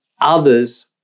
others